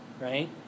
right